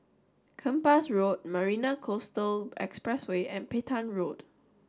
Kempas Road Marina Coastal Expressway and Petain Road